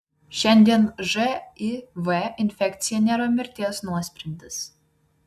šiandien živ infekcija nėra mirties nuosprendis